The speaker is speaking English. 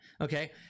Okay